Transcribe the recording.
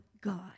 God